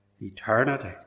eternity